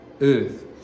earth